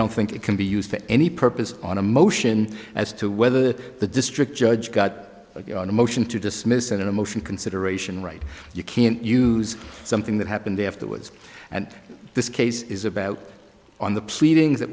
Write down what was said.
don't think it can be used for any purpose on a motion as to whether the district judge got on a motion to dismiss in a motion consideration right you can't use something that happened afterwards and this case is about on the pleadings that